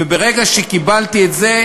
וברגע שקיבלתי את זה,